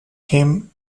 came